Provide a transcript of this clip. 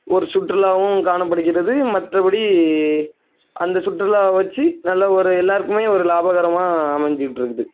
ஒரு சுற்றுலாவும் காணப்படுகிறது மற்றபடி அந்த சுற்றுலாவை வெச்சு நல்ல ஒரு எல்லோருக்குமே ஒரு லாபகரமாக அமைஞ்சிக்கிட்ருக்குது